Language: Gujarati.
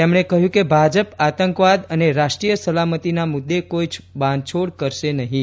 તેમકો કહ્યું કે ભાજપ આતંકવાદ અને રાષ્ટ્રીય સલામતીના મુદ્દે કોઇ બાંધછોડ કરશે નહીં